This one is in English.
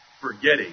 Forgetting